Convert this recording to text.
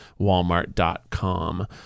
walmart.com